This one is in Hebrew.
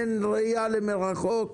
אין ראייה למרחוק.